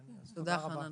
אז תודה רבה.